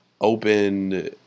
open